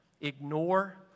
ignore